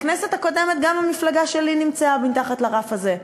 בכנסת הקודמת גם המפלגה שלי נמצאה מתחת לרף הזה.